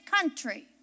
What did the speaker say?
country